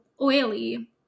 Oily